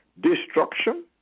destruction